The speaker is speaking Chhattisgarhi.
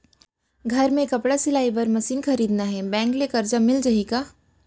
घर मे कपड़ा सिलाई बार मशीन खरीदना हे बैंक ले करजा मिलिस जाही का?